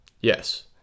Yes